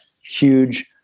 huge